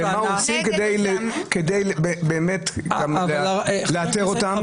ומה עושים כדי באמת לאתר אותם --- גלעד קריב (יו"ר ועדת החוקה,